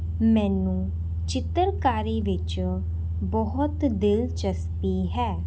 ਮੈਨੂੰ ਚਿੱਤਰਕਾਰੀ ਵਿੱਚ ਬਹੁਤ ਦਿਲਚਸਪੀ ਹੈ